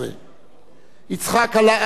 יצחק עלה ארצה מדמשק